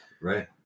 Right